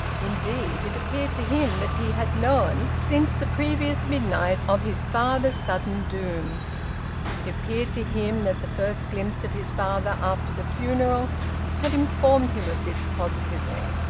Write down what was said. indeed, it appeared to him that he had known since the previous midnight of his father's sudden doom it appeared to him that the first glimpse of his father after the funeral had informed him of it positively.